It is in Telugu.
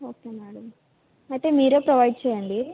ఓకే మేడం అయితే మీరే ప్రొవైడ్ చేయండి